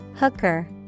Hooker